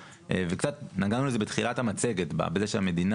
נגענו בזה בתחילת המצגת בזה שהמדינה